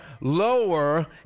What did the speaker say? lower